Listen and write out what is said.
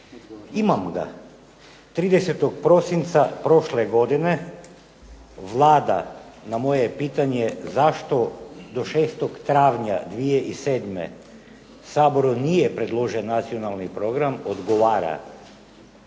Imam ga. 30 prosinca prošle godine Vlada na moje pitanje, zašto do 6. travnja 2007. Saboru nije preložen nacionalni program odgovara,